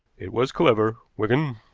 it was clever, wigan.